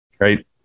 right